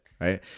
right